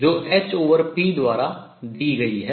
जो hp द्वारा दी गई है